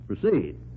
Proceed